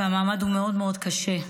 והמעמד הוא מאוד מאוד קשה.